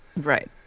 Right